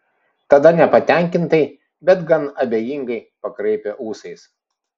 tada nepatenkintai bet gan abejingai pakraipė ūsais